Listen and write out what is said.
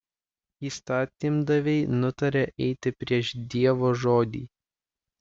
įstatymdaviai nutarė eiti prieš dievo žodį